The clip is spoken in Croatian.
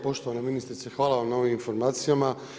Poštovana ministrice, hvala vam na ovim informacijama.